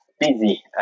busy